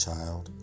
child